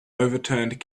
overturned